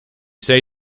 say